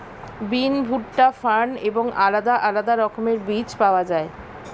বিন, ভুট্টা, ফার্ন এবং আলাদা আলাদা রকমের বীজ পাওয়া যায়